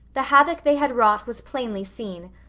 the havoc they had wrought was plainly seen,